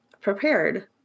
prepared